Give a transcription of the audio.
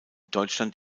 deutschland